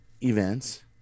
events